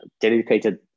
dedicated